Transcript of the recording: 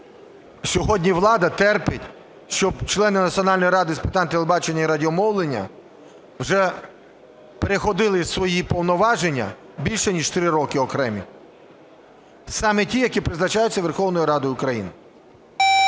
сьогодні влада терпить, щоб члени Національної ради з питань телебачення і радіомовлення вже переходили свої повноваження більше ніж 3 роки окремі, саме ті, які призначаються Верховною Радою України.